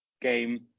game